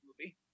movie